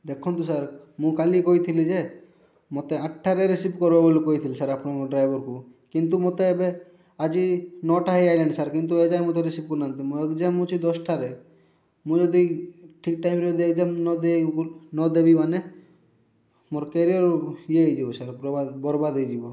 ଦେଖନ୍ତୁ ସାର୍ ମୁଁ କାଲି କହିଥିଲି ଯେ ମୋତେ ଆଠଟାରେ ରିସିଭ୍ କରିବ ବୋଲି କହିଥିଲି ସାର୍ ଆପଣଙ୍କ ଡ୍ରାଇଭରକୁ କିନ୍ତୁ ମୋତେ ଏବେ ଆଜି ନଅଟା ହେଇ ଆଇଲାଣି ସାର୍ କିନ୍ତୁ ଏଯାଏଁ ମୋତେ ରିସିଭ୍ କରୁନାହାନ୍ତି ମୋ ଏକ୍ଜାମ ଅଛି ଦଶଟାରେ ମୁଁ ଯଦି ଠିକ୍ ଟାଇମ୍ରେ ଯଦି ଏକ୍ଜାମ ନଦେଇ ନଦେବି ମାନେ ମୋର କ୍ୟାରିଅର୍ ଇଏ ହେଇଯିବ ସାର୍ ବର୍ବାଦ ବର୍ବାଦ ହେଇଯିବ